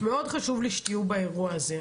מאוד חשוב לי שתהיו באירוע הזה,